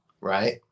Right